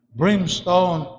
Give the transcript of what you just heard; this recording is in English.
brimstone